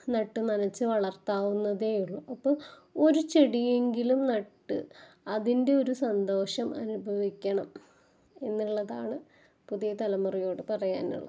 നട്ടുനനച്ച് വളര്ത്താവുന്നതേയുള്ളു അപ്പോൾ ഒരു ചെടിയെങ്കിലും നട്ട് അതിന്റെ ഒരു സന്തോഷം അനുഭവിക്കണം എന്നുള്ളതാണ് പുതിയ തലമുറയോട് പറയാനുള്ളത്